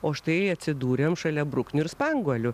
o štai atsidūrėm šalia bruknių ir spanguolių